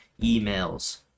emails